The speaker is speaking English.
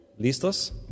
Listos